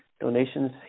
Donations